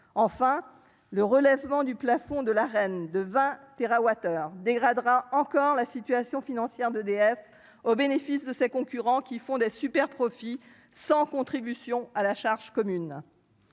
Enfin, le relèvement du plafond de l'Arenh de 20 térawattheures dégradera encore plus la situation financière d'EDF, au bénéfice de ses concurrents, qui réalisent de superprofits sans contribuer à la charge commune.